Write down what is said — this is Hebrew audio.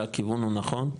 הכיוון הוא נכון,